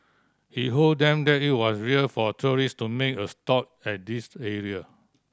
he hold them that it was rare for tourists to make a stop at this area